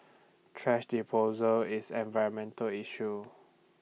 thrash disposal is environmental issue